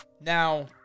Now